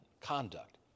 conduct